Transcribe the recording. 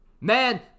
Man